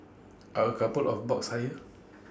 are A couple of bucks higher